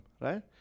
Right